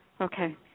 okay